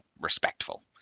respectful